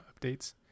updates